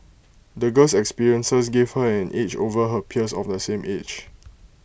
the girl's experiences gave her an edge over her peers of the same age